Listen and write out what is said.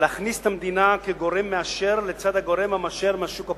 ולהכניס את המדינה כגורם מאשר לצד הגורם המאשר מהשוק הפרטי.